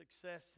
success